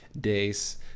days